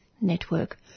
Network